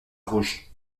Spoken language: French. rouge